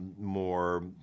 more